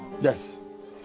Yes